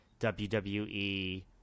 wwe